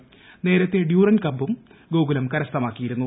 ന്ന്രീകൃത്ത Durand കപ്പും ഗോകുലം കരസ്ഥമാക്കിയിരുന്നു